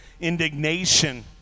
indignation